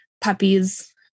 Puppies